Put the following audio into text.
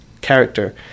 character